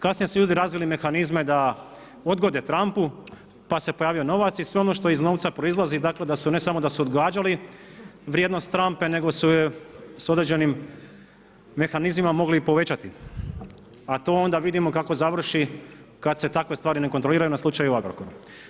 Kasnije su ljudi razvili mehanizme da odgode trampu pa se pojavio novac i sve ono što iz novca proizlazi, dakle da su ne samo da su odgađali vrijednost trampe, nego su je s određenim mehanizmima mogli i povećati, a to onda vidimo kako završi kad se takve stvari ne kontroliraju na slučaju Agrokor.